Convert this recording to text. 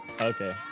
Okay